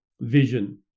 vision